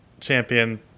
champion